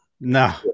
No